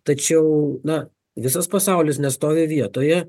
tačiau na visas pasaulis nestovi vietoje